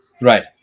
Right